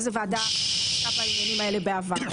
איזו ועדה עסקה בעניינים האלה בעבר.